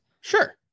Sure